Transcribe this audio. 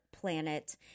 planet